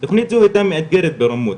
תוכנית זו הייתה מאתגרת ברמות,